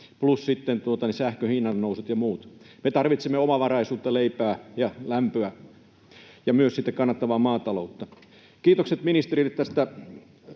sähkön hinnannousut ja muut. Me tarvitsemme omavaraisuutta, leipää ja lämpöä, ja myös kannattavaa maataloutta. Kiitokset ministerille myös